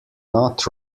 not